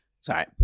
Sorry